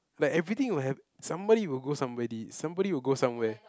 like everything will have somebody will go somewhere deep somebody will go somewhere